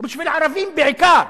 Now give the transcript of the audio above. הוא בשביל ערבים בעיקר.